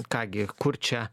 ką gi kur čia